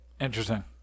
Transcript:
Interesting